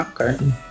Okay